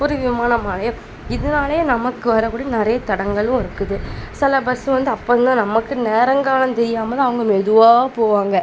ஒரு விமானமாலயோ இதனாலயே நமக்கு வரக்கூடிய நிறைய தடங்களும் இருக்குது சில பஸ்ஸு வந்து அப்பதான் நமக்கு நேரம் காலம் தெரியாமல் தான் அவங்க மெதுவாக போவாங்கள்